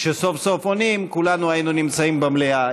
כשסוף-סוף עונים, כולנו היינו נמצאים במליאה.